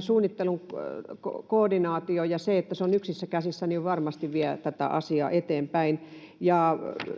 suunnittelun koordinaatio ja se, että se on yksissä käsissä, vie tätä asiaa eteenpäin.